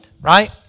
right